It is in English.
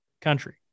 country